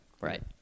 right